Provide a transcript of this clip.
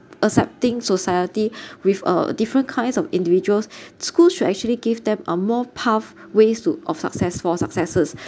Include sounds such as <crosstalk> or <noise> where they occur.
accepting society <breath> with uh different kinds of individuals schools should actually give them a more path ways to of success for successes